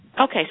Okay